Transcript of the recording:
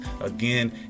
Again